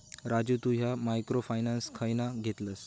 राजू तु ह्या micro finance खयना घेतलस?